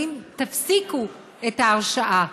האם תפסיקו את ההרשאה?